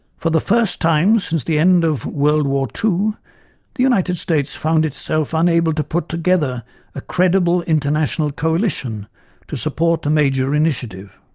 for the first time since the end of world war ii the united states found itself unable to put together a credible international coalition to support a major initiative.